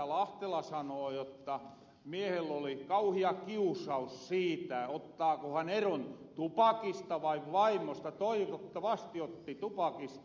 lahtela sanoo jotta miehellä oli kauhia kiusaus siitä ottaako hän eron tupakista vai vaimosta toivottavasti otti tupakista